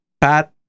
Pat